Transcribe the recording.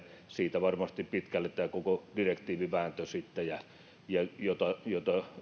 siitä varmasti pitkälle johtui sitten tämä koko direktiivivääntö jota jota